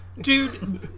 Dude